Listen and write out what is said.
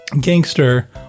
gangster